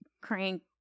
crank